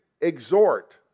exhort